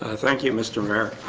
ah thank you mr. maryk